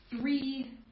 three